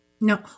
No